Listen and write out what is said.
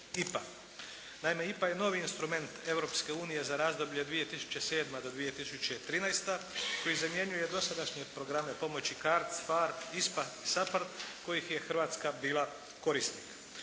IPA. Naime IPA je novi instrument Europske unije za razdoblje od 2007. do 2013. koji zamjenjuje dosadašnje programe pomoći CARDS, PHARE, ISPA, SAPARD kojih je Hrvatska bila korisnik.